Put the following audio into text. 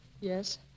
Yes